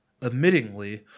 Admittingly